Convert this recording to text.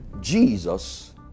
Jesus